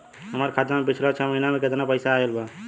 हमरा खाता मे पिछला छह महीना मे केतना पैसा आईल बा?